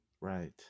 right